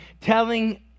telling